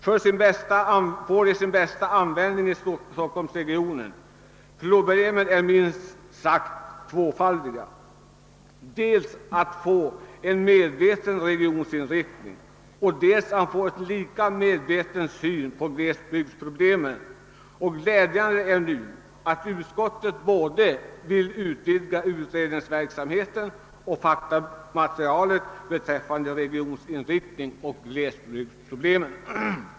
Får de sin bästa användning i Stockholms regionen?» Problemet är att åstadkomma dels en medveten regioninriktning, dels en lika medveten syn på glesbygdsproblemen. Det är glädjande att utskottet vill utvidga både utredningsverksamheten och faktamaterialet beträffande regioninriktningen och glesbygdsproblemen.